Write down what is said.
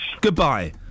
Goodbye